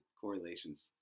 correlations